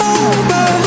over